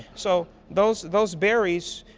so those those berries